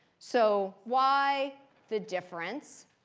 so why the difference?